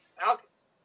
Falcons